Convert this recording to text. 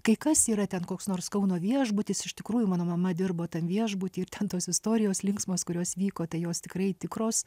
kai kas yra ten koks nors kauno viešbutis iš tikrųjų mano mama dirbo tam viešbuty ir ten tos istorijos linksmos kurios vyko tai jos tikrai tikros